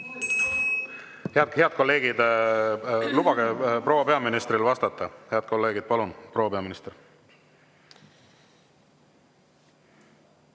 Head kolleegid! Lubage proua peaministril vastata, head kolleegid! Palun, proua peaminister!